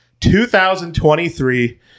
2023